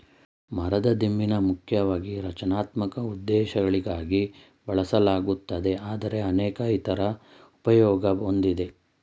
ಮರದ ದಿಮ್ಮಿನ ಮುಖ್ಯವಾಗಿ ರಚನಾತ್ಮಕ ಉದ್ದೇಶಗಳಿಗಾಗಿ ಬಳಸಲಾಗುತ್ತದೆ ಆದರೆ ಅನೇಕ ಇತರ ಉಪಯೋಗ ಹೊಂದಿದೆ